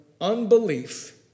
unbelief